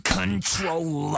control